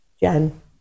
Jen